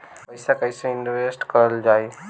पैसा कईसे इनवेस्ट करल जाई?